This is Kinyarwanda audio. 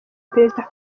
perezida